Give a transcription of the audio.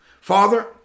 Father